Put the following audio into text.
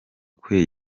kwe